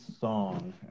song